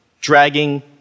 dragging